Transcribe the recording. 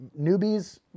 newbies